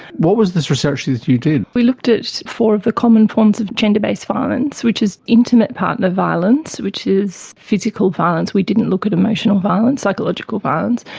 what was this research that you did? we looked at four of the common forms of gender-based violence which is intimate partner violence, which is physical violence, we didn't look at emotional violence, psychological violence.